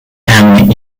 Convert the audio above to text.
and